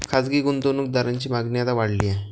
खासगी गुंतवणूक दारांची मागणी आता वाढली आहे